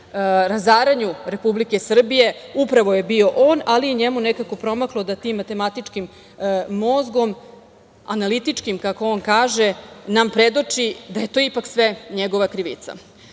razaranju Republike Srbije pravo je bio on, ali je njemu nekako promaklo da tim matematičkim mozgom, analitičkim, kako on kaže, nam predoči da je to ipak sve njegova krivica. Već